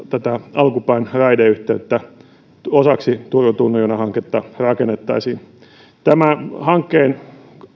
alkupään raideyhteyttä osaksi turun tunnin juna hanketta rakennettaisiin tämän hankkeen